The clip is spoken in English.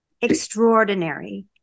extraordinary